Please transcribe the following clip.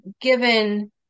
given